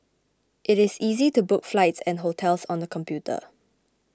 it is easy to book flights and hotels on the computer